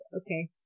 okay